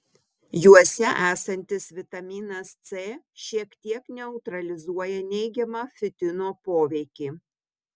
juose esantis vitaminas c šiek tiek neutralizuoja neigiamą fitino poveikį